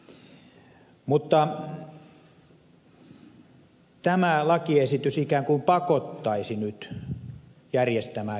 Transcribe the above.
mutta tämä lakiesitys ikään kuin pakottaisi nyt järjestämään kerhoja